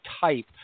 type